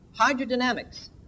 hydrodynamics